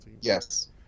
Yes